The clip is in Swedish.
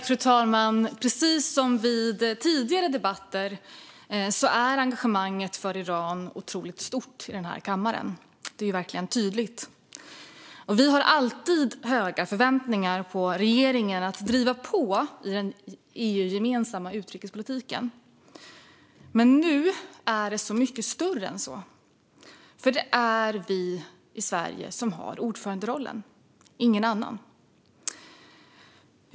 Fru talman! Precis som i tidigare debatter är engagemanget för Iran stort i denna kammare. Det är verkligen tydligt. Vi har alltid höga förväntningar på regeringen att driva på i den EUgemensamma utrikespolitiken. Men nu är det så mycket större, för det är Sverige och ingen annan som har ordföranderollen.